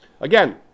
Again